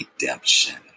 redemption